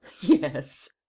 yes